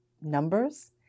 numbers